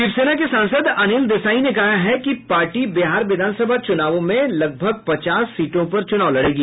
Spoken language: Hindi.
शिवसेना के सांसद अनिल देसाई ने कहा है कि पार्टी बिहार विधानसभा चूनावों में लगभग पचास सीटों पर चुनाव लड़ेगी